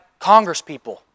congresspeople